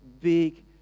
big